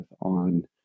on